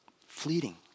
fleeting